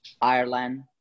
Ireland